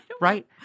right